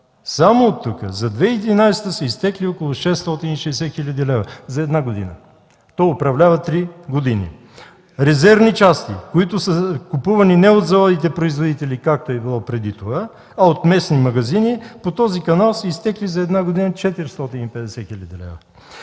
Само оттук за 2011 г. са изтекли около 660 хил. лева. За една година! Той управлява три години. Резервни части са купувани не от заводите производители, както е било преди това, а от местни магазини. По този канал са изтекли за една година 450 хил. лева.